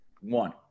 One